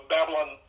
Babylon